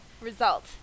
result